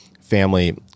family